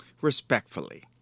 respectfully